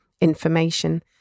information